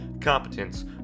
competence